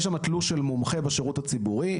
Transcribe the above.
יש שם תלוש של מומחה בשירות הציבורי,